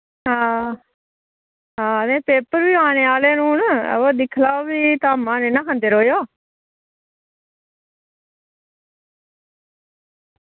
हां हां ते पेपर बी आने आह्ले न हू'न हां वा दिक्ख लाओ फ्ही धामां नी ना खंदे रोयो